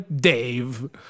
Dave